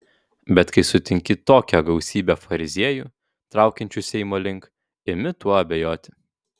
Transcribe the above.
bet kai sutinki tokią gausybę fariziejų traukiančių seimo link imi tuo abejoti